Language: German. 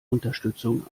unterstützung